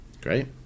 Great